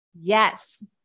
Yes